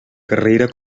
carrera